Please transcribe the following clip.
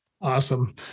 Awesome